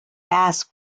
basque